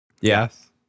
Yes